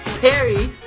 Perry